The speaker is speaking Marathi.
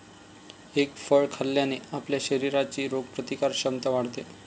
एग फळ खाल्ल्याने आपल्या शरीराची रोगप्रतिकारक क्षमता वाढते